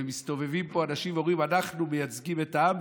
ומסתובבים פה אנשים ואומרים :אנחנו מייצגים את העם,